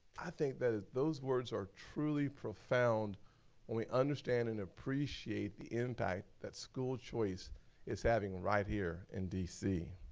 i think that those words are truly profound when we understand and appreciate the impact that school choice is having right here in d c.